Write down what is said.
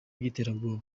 by’iterabwoba